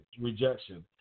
rejection